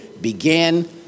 began